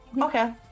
Okay